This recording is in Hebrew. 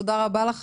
תודה רבה לך,